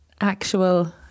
actual